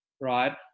right